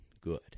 Good